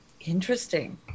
Interesting